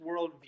worldview